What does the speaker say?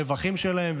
על הרווחים שלהן,